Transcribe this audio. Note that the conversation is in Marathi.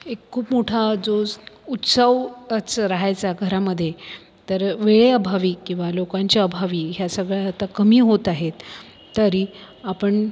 एक खूप मोठा जो स्त उत्सव उत्सव राहायचा घरामध्ये तर वेळेअभावी किंवा लोकांच्या अभावी ह्या सगळ्या आता कमी होत आहेत तरी आपण